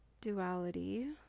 duality